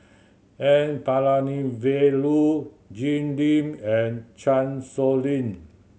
N Palanivelu Jim Lim and Chan Sow Lin